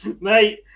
Mate